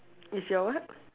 is your what